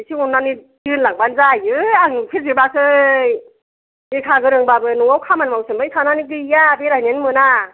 एसे अननानै दोनलांबानो जायो आं नुफेरजोबाखै लेखा गोरोंबाबो न'आव खामानि मावसोमबाय थानानै गैया बेरायनोनो मोना